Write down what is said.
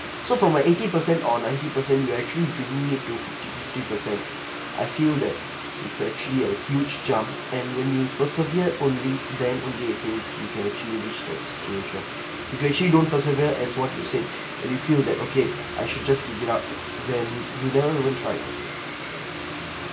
so from my eighty percent or ninety percent you actually bringing it to fifty fifty percent I feel that it's actually a huge jump and when you persevere only then you can actually reach that situation you can actually don't persevere as what you said you feel that okay I should just giving up then you never know which like